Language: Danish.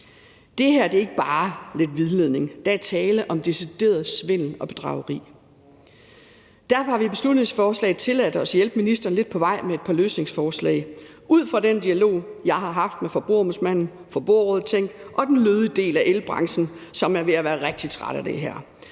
Det her er ikke bare lidt vildledning. Der er tale om decideret svindel og bedrageri. Derfor har vi i beslutningsforslaget tilladt os at hjælpe ministeren lidt på vej med et par løsningsforslag ud fra den dialog, jeg har haft med Forbrugerombudsmanden, Forbrugerrådet Tænk og den lødige del af elbranchen, som er ved at være rigtig træt af det her.